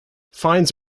fines